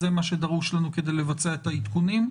זה מה שדרוש לנו כדי לבצע את העדכונים,